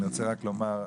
אני רוצה רק לומר,